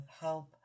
help